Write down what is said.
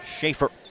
Schaefer